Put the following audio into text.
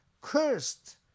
cursed